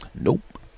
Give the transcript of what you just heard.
nope